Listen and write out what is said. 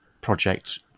project